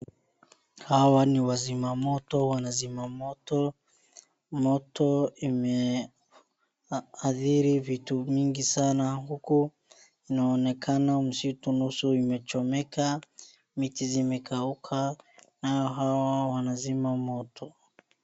Hawa ni wazima moto wanazima moto. Moto imeathiri vitu mingi sana huku inaonaekana msitu nusu imechomeka miti zimekauka nayo hawa wanazima moto.